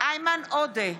איימן עודה,